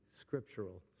scriptural